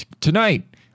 Tonight